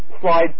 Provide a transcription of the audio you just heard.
slide